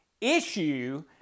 issue